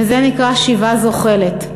וזה נקרא שיבה זוחלת.